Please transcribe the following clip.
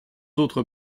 autres